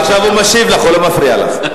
עכשיו הוא משיב לך, הוא לא מפריע לך.